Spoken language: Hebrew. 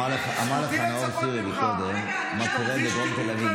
אמר לך נאור שירי קודם מה קורה בדרום תל אביב,